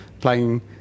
playing